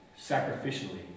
sacrificially